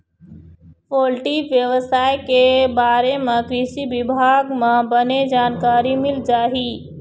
poultry बेवसाय के बारे म कृषि बिभाग म बने जानकारी मिल जाही